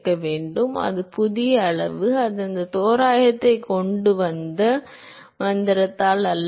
எனவே இது புதிய அளவு அவர் இந்த தோராயத்தை கொண்டு வந்தது மந்திரத்தால் அல்ல